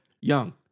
young